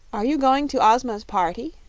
are you going to ozma's party?